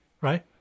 Right